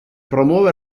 promuove